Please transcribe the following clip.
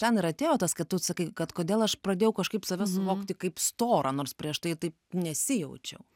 ten ir atėjo tas kad tu sakai kad kodėl aš pradėjau kažkaip save suvokti kaip storą nors prieš tai taip nesijaučiau